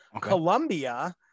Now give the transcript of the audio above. Colombia